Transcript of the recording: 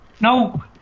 No